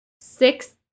six